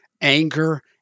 anger